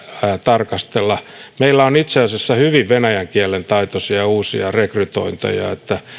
tarkastella meillä on itse asiassa hyvin venäjän kielen taitoisia uusia rekrytointeja eli